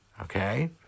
okay